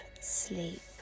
sleep